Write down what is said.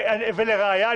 ולראיה,